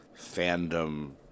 fandom